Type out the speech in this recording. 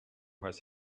was